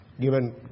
Given